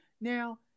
now